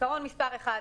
עקרון מספר אחד.